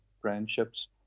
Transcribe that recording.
friendships